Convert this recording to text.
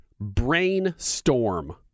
brainstorm